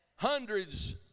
Hundreds